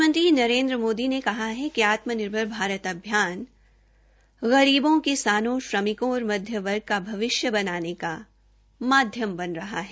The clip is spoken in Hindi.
प्रधानमंत्री नरेन्द्र मोदी ने कहा है कि आत्मनिर्भर भारत अभियान गरीबों किसानों श्रमिकों और मध्य वर्ग का भविष्य बनाने का माध्यम बन रहा है